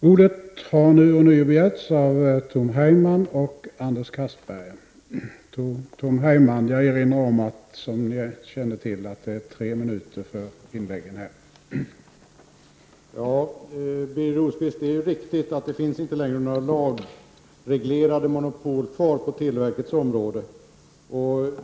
Herr talman! Ja, Birger Rosqvist, det är riktigt att det inte längre finns några lagreglerade monopol kvar inom televerkets verksamhetsområde.